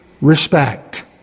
respect